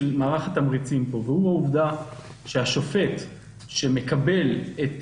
מערך התמריצים פה והוא העובדה שהשופט שמקבל את